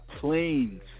planes